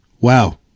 Wow